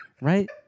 right